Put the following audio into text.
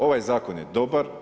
Ovaj zakon je dobar.